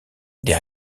des